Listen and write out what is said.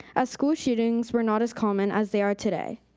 as school shootings were not as common as they are today.